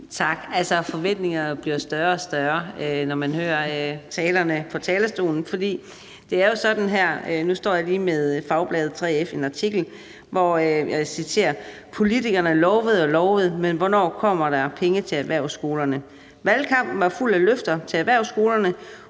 Tak. Forventningerne bliver større og større, når man hører talerne fra talerstolen. Jeg står her med en artikel fra Fagbladet 3F, hvor der står: »Politikerne lovede og lovede: Men hvornår kommer der penge til erhvervsskolerne? Valgkampen var fuld af løfter til erhvervsskolerne.